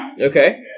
Okay